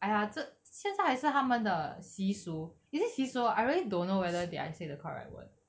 aiya 这现在还是他们的习俗 is it 习俗 I really don't know whether did I say the correct word